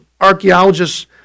archaeologists